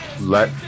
let